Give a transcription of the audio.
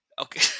Okay